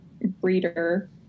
breeder